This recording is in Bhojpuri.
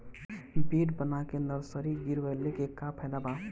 बेड बना के नर्सरी गिरवले के का फायदा बा?